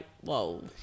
whoa